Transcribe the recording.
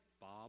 Bob